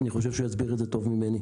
אני חושב שהוא יסביר את זה טוב ממני.